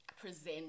present